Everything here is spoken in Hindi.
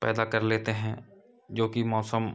पैदा कर लेते हैं जोकि मौसम